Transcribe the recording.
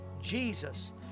Jesus